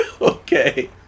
Okay